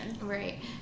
right